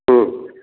ಹ್ಞೂ